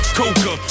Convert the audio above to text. coca